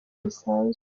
bisanzwe